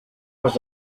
was